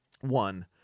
one